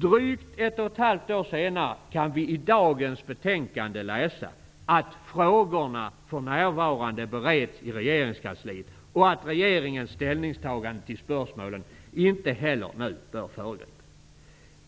Drygt ett och ett halvt år senare kan vi i dagens betänkande läsa att frågorna för närvarande bereds i regeringskansliet och att regeringens ställningstagande till spörsmålen inte heller nu bör föregripas.